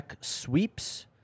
sweeps